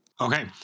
Okay